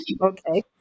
Okay